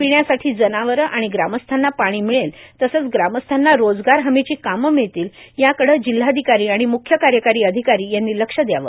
पिण्यासाठी जनावरे आणि ग्रामस्थांना पाणी मिळेल तसंच ग्रामस्थांना रोजगार हमीची कामं मिळतील याकड जिल्हाधिकारी आणि म्ख्य कार्यकारी अधिकारी यांनी लक्ष द्यावे